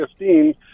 2015